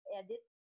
edit